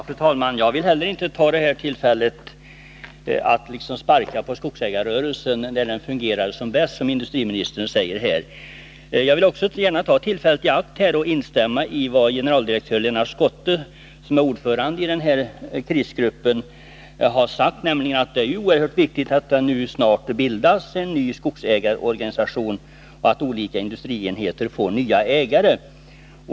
Fru talman! Inte heller jag vill begagna det här tillfället att sparka på skogägarrörelsen när den, som industriministern här säger, fungerar som bäst. Jag vill i stället ta tillfället i akt att instämma i vad generaldirektör Lennart Schotte, som är ordförande i den här krisgruppen, har sagt, nämligen att det är oerhört viktigt att det nu snart bildas en ny skogsägarorganisation och att olika industrienheter får nya ägare.